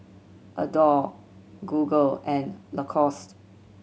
Adore Google and Lacoste